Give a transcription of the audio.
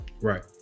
Right